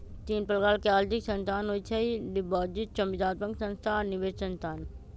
तीन प्रकार के आर्थिक संस्थान होइ छइ डिपॉजिटरी, संविदात्मक संस्था आऽ निवेश संस्थान